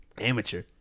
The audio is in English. Amateur